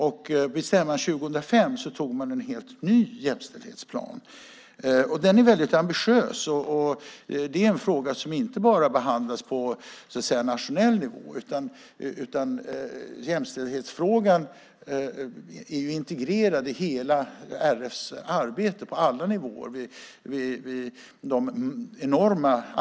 Vid stämman 2005 antog man en helt ny jämställdhetsplan. Den är väldigt ambitiös. Jämställdhetsfrågan är en fråga som inte bara behandlas på nationell nivå, utan den är integrerad i hela RF:s arbete på alla nivåer.